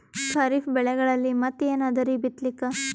ಖರೀಫ್ ಬೆಳೆಗಳಲ್ಲಿ ಮತ್ ಏನ್ ಅದರೀ ಬಿತ್ತಲಿಕ್?